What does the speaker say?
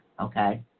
Okay